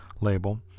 label